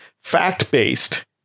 fact-based